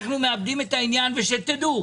שתדעו